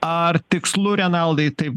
ar tikslu renaldai taip